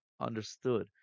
understood